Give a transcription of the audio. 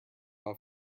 was